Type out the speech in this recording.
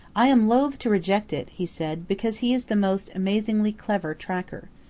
i am loath to reject it, he said, because he is the most amazingly clever tracker.